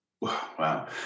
Wow